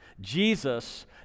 Jesus